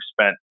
spent